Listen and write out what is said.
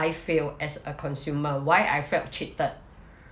I feel as a consumer why I felt cheated